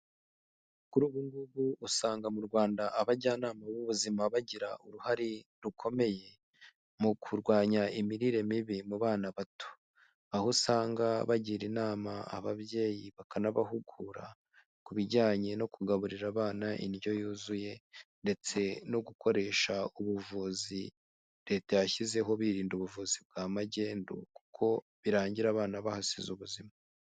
Kuri ubu ngubu usanga mu Rwanda abajyanama b'ubuzima bagira uruhare rukomeye mu kurwanya imirire mibi mu bana bato. Aho usanga bagira inama ababyeyi bakanabahugura ku bijyanye no kugaburira abana indyo yuzuye ndetse no gukoresha ubuvuzi Leta yashyizeho birinda ubuvuzi bwa magendu, kuko birangira abana bahasize ubuzima.